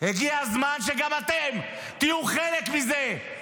הגיע הזמן שגם אתם תהיו חלק מזה.